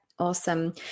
Awesome